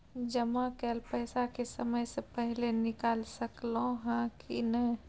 जमा कैल पैसा के समय से पहिले निकाल सकलौं ह की नय?